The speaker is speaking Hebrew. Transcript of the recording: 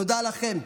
תודה לכם,